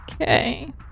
Okay